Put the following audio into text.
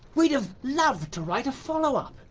we'd have loved to write a follow-up,